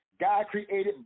God-created